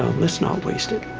let's not waste it.